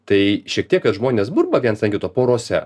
tai šiek tiek kad žmonės burba viens ant kito porose